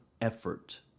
effort